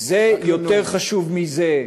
זה יותר חשוב מזה,